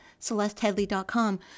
CelesteHeadley.com